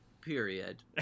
period